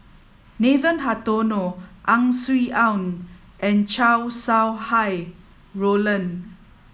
Nathan Hartono Ang Swee Aun and Chow Sau Hai Roland